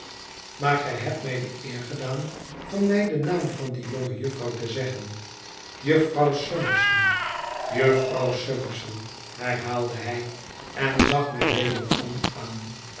maar gij hebt mij de eer gedaan van mij den naam van die jonge jufvrouw te zeggen jufvrouw summerson jufvrouw summerson herhaalde hij en zag mij wederom aan